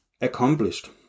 accomplished